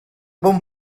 bon